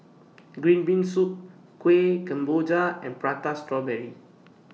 Green Bean Soup Kueh Kemboja and Prata Strawberry